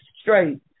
straight